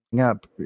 up